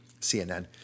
CNN